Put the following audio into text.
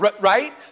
Right